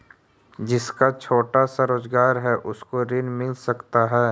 जिसका छोटा सा रोजगार है उसको ऋण मिल सकता है?